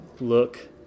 look